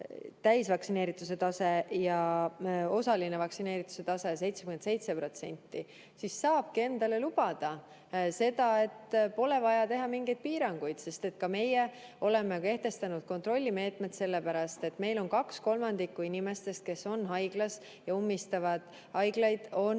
täisvaktsineerituse tase ja osalise vaktsineerituse tase 77%, siis saabki endale lubada seda, et pole vaja mingeid piiranguid. Meie oleme kehtestanud kontrollimeetmed, sellepärast et meil on kaks kolmandikku inimestest, kes on haiglas ja ummistavad haiglaid,